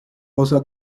osa